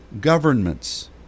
governments